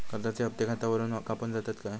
कर्जाचे हप्ते खातावरून कापून जातत काय?